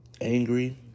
angry